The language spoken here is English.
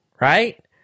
Right